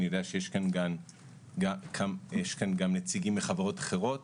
אני יודע שיש כאן גם נציגים מחברות אחרות